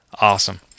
Awesome